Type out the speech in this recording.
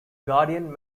guardian